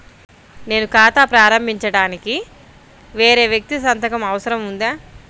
నేను ఖాతా ప్రారంభించటానికి వేరే వ్యక్తి సంతకం అవసరం ఉందా?